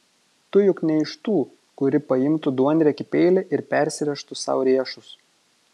tu juk ne iš tų kuri paimtų duonriekį peilį ir persirėžtų sau riešus